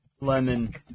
Lemon